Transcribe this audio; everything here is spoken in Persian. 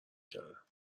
کردم